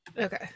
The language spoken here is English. Okay